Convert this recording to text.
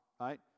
right